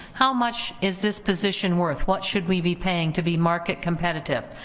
how much is this position worth, what should we be paying to be market competitive.